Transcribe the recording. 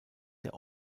der